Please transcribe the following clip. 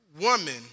woman